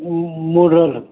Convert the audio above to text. మూడు రోజులు